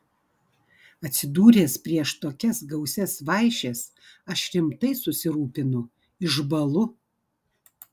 atsidūręs prieš tokias gausias vaišes aš rimtai susirūpinu išbąlu